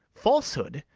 falsehood,